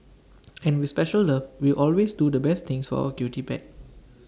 and with special love we always do the best things for our cutie pet